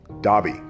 Dobby